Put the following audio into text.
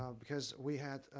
ah because we had,